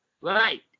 Right